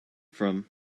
from